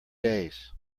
days